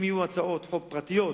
אם יהיו הצעות חוק פרטיות,